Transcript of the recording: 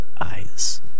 eyes